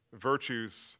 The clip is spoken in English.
virtues